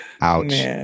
ouch